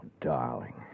darling